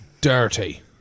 dirty